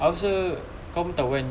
aku rasa kau pun tahu kan